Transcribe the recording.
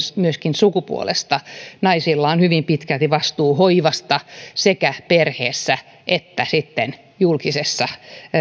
sukupuolesta naisilla on hyvin pitkälti vastuu hoivasta sekä perheessä että sitten julkisessa